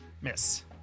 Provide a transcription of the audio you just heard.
Miss